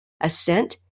Ascent